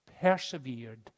persevered